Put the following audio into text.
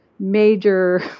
major